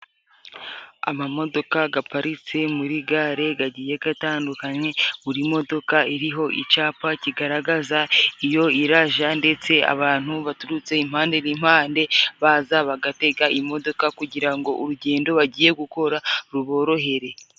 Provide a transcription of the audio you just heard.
Amamodoka gaparitse muri gare gagiye gatandukanye, buri modoka iriho icapa kigaragaza iyo iraja ndetse abantu baturutse impande n'impande baza bagatega imodoka kugira ngo urugendo bagiye gukora ruborohere.